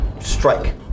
strike